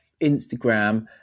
Instagram